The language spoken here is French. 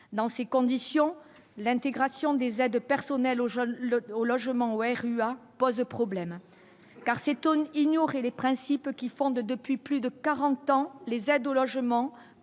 dans ces conditions, l'intégration des aides personnelles au jeune au logement Vahirua pose problème car s'étonne ignoré les principes qui fondent depuis plus de 40 ans, les aides au logement,